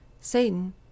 Satan